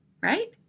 right